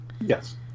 Yes